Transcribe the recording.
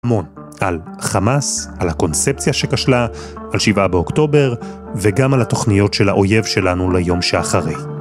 המון, על חמאס, על הקונספציה שכשלה, על שבעה באוקטובר, וגם על התוכניות של האויב שלנו ליום שאחרי.